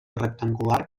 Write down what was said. rectangular